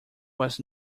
was